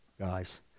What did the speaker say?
guys